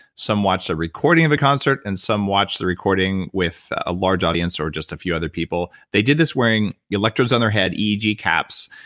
some watched a recording of the concert, and watched the recording with a large audience or just a few other people. they did this wearing electrodes on their head, eeg caps,